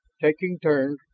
taking turns,